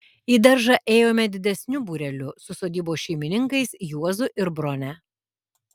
į daržą ėjome didesniu būreliu su sodybos šeimininkais juozu ir brone